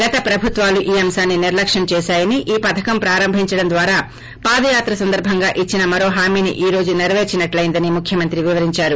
గత ప్రభుత్వాలు ఈ అంశాన్పి నిర్లక్ష్యం చేశాయని ఈ పధకం ప్రారంభించడం ద్వారా పాదయాత్ర సందర్పంగా ఇచ్చిన మరో హామీని ఈ రోజు నెరవేర్సినట్టెందని ముఖ్యమంత్రి వివరించారు